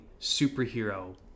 superhero